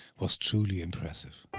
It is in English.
was truly impressive.